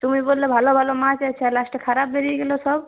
তুমি বললে ভালো ভালো মাছ আছে লাস্টে খারাপ বেরিয়ে গেলো সব